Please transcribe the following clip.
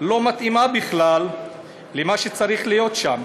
לא מתאימה בכלל למה שצריך להיות שם.